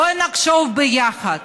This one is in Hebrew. בואו נחשוב ביחד